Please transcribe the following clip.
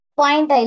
point